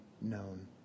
known